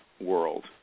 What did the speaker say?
world